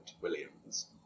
Williams